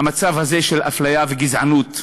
המצב הזה של אפליה וגזענות,